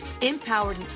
Empowered